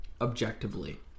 objectively